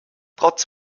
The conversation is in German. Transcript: trotz